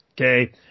okay